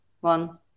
one